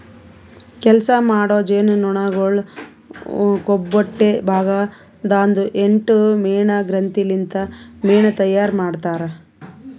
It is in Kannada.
ಕೆಲಸ ಮಾಡೋ ಜೇನುನೊಣಗೊಳ್ ಕೊಬ್ಬೊಟ್ಟೆ ಭಾಗ ದಾಂದು ಎಂಟು ಮೇಣ ಗ್ರಂಥಿ ಲಿಂತ್ ಮೇಣ ತೈಯಾರ್ ಮಾಡ್ತಾರ್